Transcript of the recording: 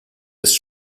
ist